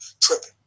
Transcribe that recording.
tripping